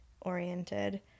oriented